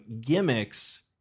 gimmicks